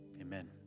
amen